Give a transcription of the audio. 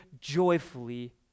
joyfully